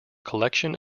collection